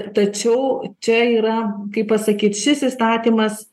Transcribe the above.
tačiau čia yra kaip pasakyt šis įstatymas